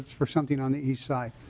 for something on the east side.